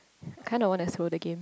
kind of wanna slow the game